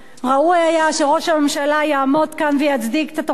ראוי היה שראש הממשלה יעמוד כאן ויצדיק את התוכנית